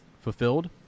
fulfilled